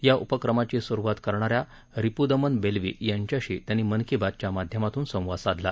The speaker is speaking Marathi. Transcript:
या उपक्रमाची स्रुवात करणाऱ्या रिप्दमन बेल्वी यांच्याशी त्यांनी मन की बात च्या माध्यमातून संवाद साधला